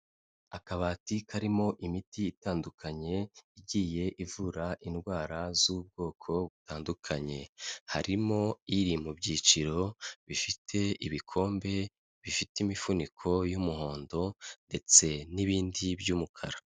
Akabati karimo imiti itandukanye igiye ivura indwara z'ubwoko butandukanye, harimo iri mu byiciro bifite ibikombe, bifite imifuniko y'umuhondo ndetse n'ibindi by'umukara.